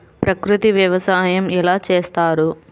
ప్రకృతి వ్యవసాయం ఎలా చేస్తారు?